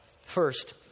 First